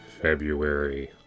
February